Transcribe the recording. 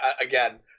again